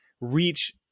reach